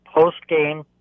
post-game